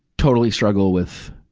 totally struggle with,